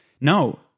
No